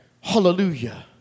Hallelujah